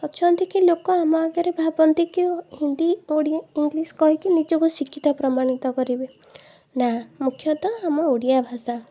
ଅଛନ୍ତି କି ଲୋକ ଆମ ଆଗରେ ଭାବନ୍ତିକି ହିନ୍ଦୀ ଓଡ଼ିଆ ଇଂଲିଶ କହିକି ନିଜକୁ ଶିକ୍ଷିତ ପ୍ରମାଣିତ କରିବେ ନା ମୁଖ୍ୟତଃ ଆମ ଓଡ଼ିଆଭାଷା